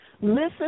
listen